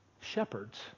shepherds